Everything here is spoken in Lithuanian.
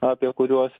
apie kuriuos